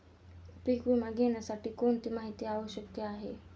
पीक विमा घेण्यासाठी कोणती माहिती आवश्यक आहे?